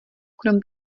krom